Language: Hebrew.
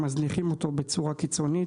מזניחים אותו בצורה קיצונית.